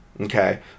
okay